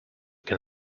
can